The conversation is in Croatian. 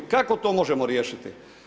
Kako to možemo riješiti?